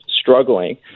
struggling